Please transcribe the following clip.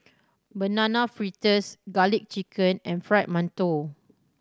Banana Fritters Garlic Chicken and Fried Mantou